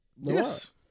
yes